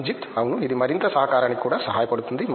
రంజిత్ అవును ఇది మరింత సహకారానికి కూడా సహాయపడుతుంది